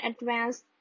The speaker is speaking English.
advanced